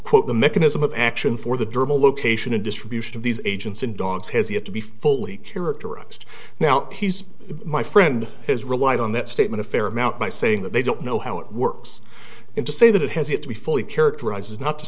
quote the mechanism of action for the dermal location and distribution of these agents in dogs has yet to be fully characterized now he's my friend has relied on that statement a fair amount by saying that they don't know how it works and to say that it has yet to be fully characterize is not to